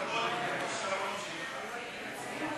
ברושי,